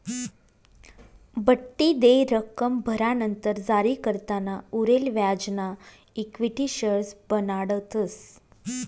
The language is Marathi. बठ्ठी देय रक्कम भरानंतर जारीकर्ताना उरेल व्याजना इक्विटी शेअर्स बनाडतस